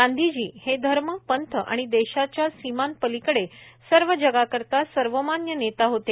गांधीजी हे धर्म पंथ आणि देशाच्या सीमांपलीकडे सर्व जगाकरिता सर्वमान्य नेता होते